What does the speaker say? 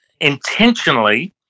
intentionally